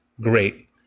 great